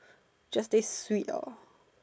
just taste sweet lor